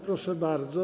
Proszę bardzo.